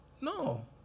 no